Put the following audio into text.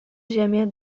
ziemię